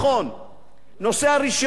נושא הרשיונות אמור אולי,